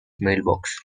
mailbox